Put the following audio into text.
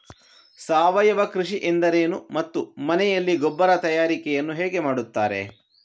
ಸಾವಯವ ಕೃಷಿ ಎಂದರೇನು ಮತ್ತು ಮನೆಯಲ್ಲಿ ಗೊಬ್ಬರ ತಯಾರಿಕೆ ಯನ್ನು ಹೇಗೆ ಮಾಡುತ್ತಾರೆ?